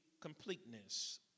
completeness